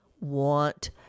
want